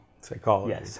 psychology